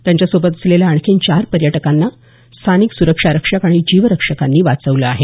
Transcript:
त्यांच्या सोबत असलेल्या आणखी चार पर्यटकांना स्थानिक सुरक्षा रक्षक आणि जीवरक्षकांनी वाचवलं आहे